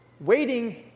waiting